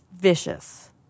vicious